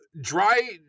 Dry